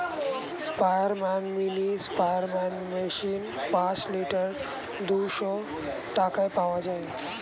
স্পেয়ারম্যান mini sprayer machine পাঁচ litre দুইশো টাকায় পাওয়া যায়